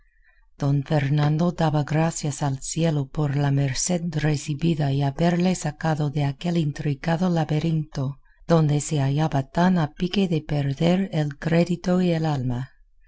don fernando daba gracias al cielo por la merced recebida y haberle sacado de aquel intricado laberinto donde se hallaba tan a pique de perder el crédito y el alma